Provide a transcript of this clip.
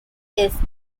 his